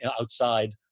outside